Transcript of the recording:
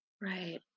right